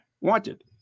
Wanted